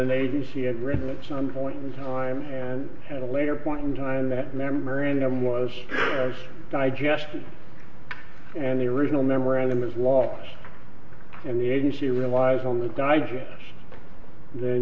an agency had written at some point in time and had a later point in time that memorandum was digested and the original memorandum of law and the agency relies on the